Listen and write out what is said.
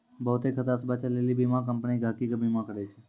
बहुते खतरा से बचै लेली बीमा कम्पनी गहकि के बीमा करै छै